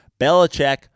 Belichick